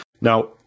Now